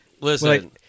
Listen